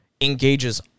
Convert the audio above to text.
engages